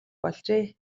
болжээ